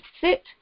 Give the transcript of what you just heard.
sit